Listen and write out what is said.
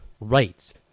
rights